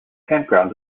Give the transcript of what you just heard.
campground